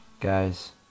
Guys